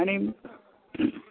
आनी